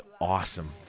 awesome